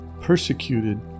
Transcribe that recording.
Persecuted